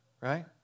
Right